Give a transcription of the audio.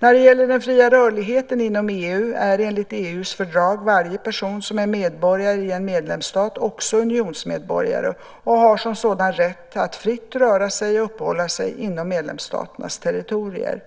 När det gäller den fria rörligheten inom EU är enligt EU:s fördrag varje person som är medborgare i en medlemsstat också unionsmedborgare och har som sådan rätt att fritt röra sig och uppehålla sig inom medlemsstaternas territorier.